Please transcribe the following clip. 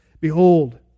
Behold